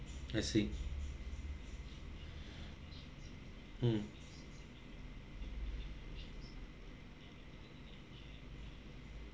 I see mm